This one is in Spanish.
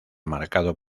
marcado